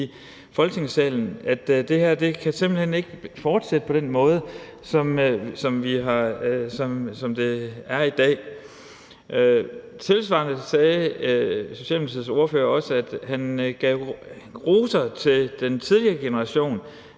i Folketingssalen, at det her simpelt hen ikke kan fortsætte på den måde, som det er i dag. Tilsvarende sagde Socialdemokratiets ordfører, at han ville rose den tidligere generation